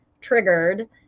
triggered